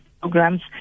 programs